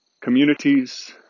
communities